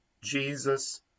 Jesus